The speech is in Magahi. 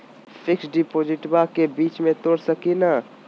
फिक्स डिपोजिटबा के बीच में तोड़ सकी ना?